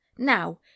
Now